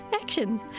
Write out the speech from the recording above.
action